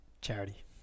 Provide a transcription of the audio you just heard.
Charity